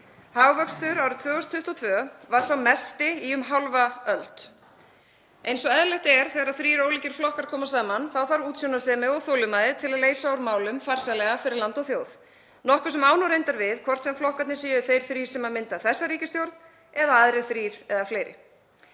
Hagvöxtur árið 2022 var sá mesti í um hálfa öld. Eins og eðlilegt er þegar þrír ólíkir flokkar koma saman þá þarf útsjónarsemi og þolinmæði til að leysa úr málum farsællega fyrir land og þjóð, nokkuð sem á nú reyndar við hvort sem flokkarnir eru þeir þrír sem mynda þessa ríkisstjórn eða aðrir þrír eða fleiri.